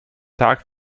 tag